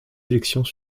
élections